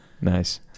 Nice